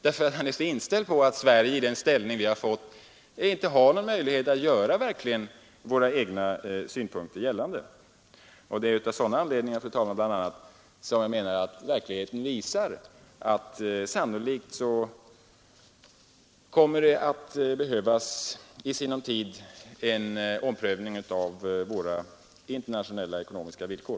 Han är kanske helt inställd på att Sverige med den ställning landet har fått inte har någon möjlighet att göra sina egna synpunkter gällande. Bl. a. av den anledningen menar jag att verkligheten i sinom tid sannolikt kommer att visa att det behövs en omprövning av våra internationella ekonomiska villkor.